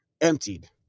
emptied